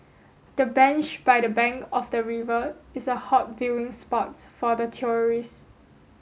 the bench by the bank of the river is a hot viewing spot for the tourist